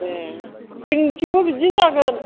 ए जोंनिथिंबो बिदिनो जागोन